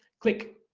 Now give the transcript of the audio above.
click.